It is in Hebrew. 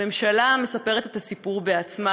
הממשלה מספרת את הסיפור בעצמה,